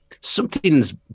something's